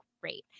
great